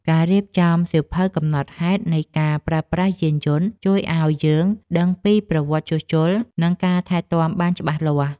ការរៀបចំសៀវភៅកំណត់ហេតុនៃការប្រើប្រាស់យានយន្តជួយឱ្យយើងដឹងពីប្រវត្តិជួសជុល និងការថែទាំបានច្បាស់លាស់។